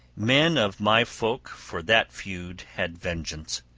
men of my folk for that feud had vengeance,